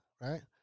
right